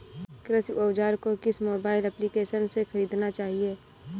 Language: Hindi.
कृषि औज़ार को किस मोबाइल एप्पलीकेशन से ख़रीदना चाहिए?